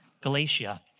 Galatia